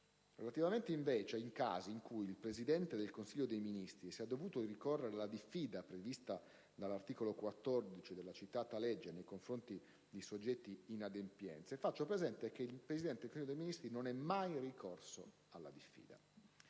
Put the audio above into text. Relativamente poi ai casi in cui il Presidente del Consiglio dei ministri sia dovuto ricorrere alla diffida prevista dall'articolo 14 della citata legge nei confronti dei soggetti inadempienti, si fa presente che il Presidente del Consiglio dei ministri non è mai ricorso alla diffida.